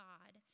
God